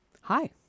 Hi